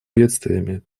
бедствиями